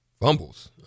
fumbles